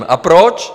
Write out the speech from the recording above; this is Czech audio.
A proč?